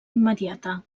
immediata